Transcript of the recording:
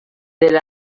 del